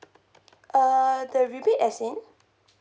uh the rebate as in